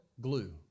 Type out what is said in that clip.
glue